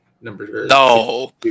No